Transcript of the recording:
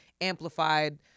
amplified